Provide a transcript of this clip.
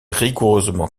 rigoureusement